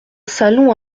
salon